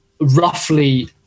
roughly